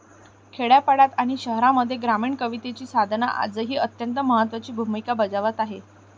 खेड्यापाड्यांत आणि शहरांमध्ये ग्रामीण कवितेची साधना आजही अत्यंत महत्त्वाची भूमिका बजावत आहे